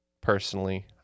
personally